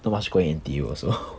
not much going N_T_U also